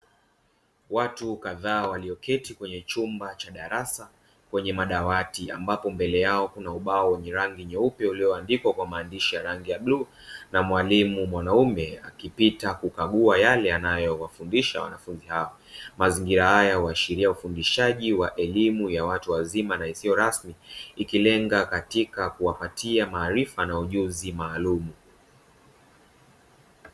Watu kadhaa walioketi kwenye chumba cha darasa kwenye madawati ambapo mbele yao kuna ubao wenye rangi nyeupe, ulioandikwa kwa maandishi ya rangi ya bluu na mwalimu mwanaume akipita kukagua yale anayowafundisha wanafunzi hawa. Mazingira haya huashiria ufundishaji wa elimu ya watu wazima na isiyo rasmi, ikilenga katika kuwapatia maarifa na ujuzi maalumu.